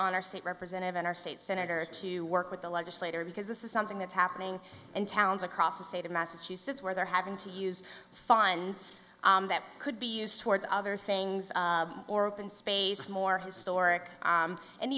on our state representative in our state senator to work with the legislator because this is something that's happening in towns across the state of massachusetts where they're having to use fines that could be used towards other things or open spaces more historic